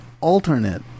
alternate